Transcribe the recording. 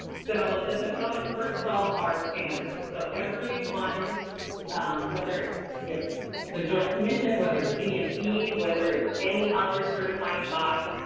so the components, first of all our standards. so everyone, whether its its the joint commission, whether it's dsc, whether it's any other certifying body,